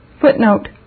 Footnote